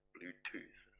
Bluetooth